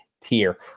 tier